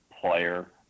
player